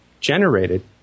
generated